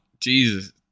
Jesus